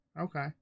Okay